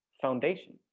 foundation